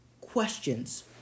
questions